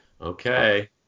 Okay